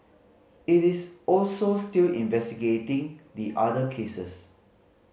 it is also still investigating the other cases